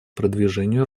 продвижению